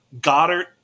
Goddard